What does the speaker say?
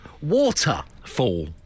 waterfall